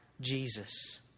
Jesus